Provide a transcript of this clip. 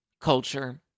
Culture